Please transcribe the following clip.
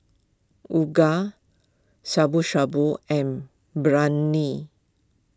Uga Shabu Shabu and Biryani